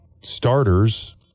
starters